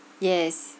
yes